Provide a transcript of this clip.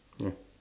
ya